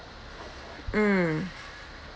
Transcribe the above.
mm